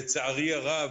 לצערי הרב,